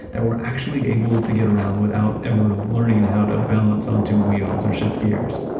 that we're actually able to get around without ever learning how to balance on two wheels or shift gears.